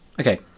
Okay